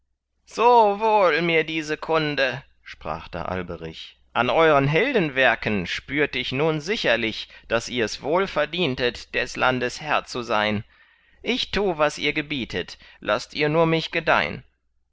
so wohl mir diese kunde sprach da alberich an euern heldenwerken spürt ich nun sicherlich daß ihrs wohl verdientet des landes herr zu sein ich tu was ihr gebietet laßt ihr nur mich gedeihn